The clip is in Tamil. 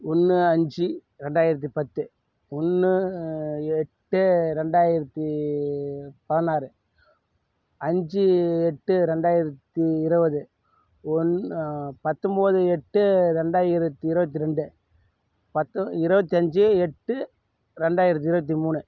ஒன்று அஞ்சு ரெண்டாயிரத்தி பத்து ஒன்று எட்டு ரெண்டாயிரத்தி பதினாறு அஞ்சு எட்டு ரெண்டாயிரத்தி இருவது பத்தொம்போது எட்டு ரெண்டாயிரத்தி இருவத்தி ரெண்டு பத்து இருவத்தஞ்சி எட்டு ரெண்டாயிரத்தி இருபத்தி மூணு